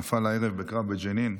נפל הערב בקרב בג'נין.